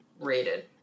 rated